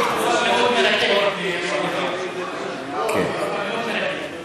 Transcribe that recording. זו תהיה תקופה מאוד מרגשת, אדוני היושב-ראש.